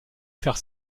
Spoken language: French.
faire